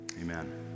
Amen